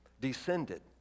descended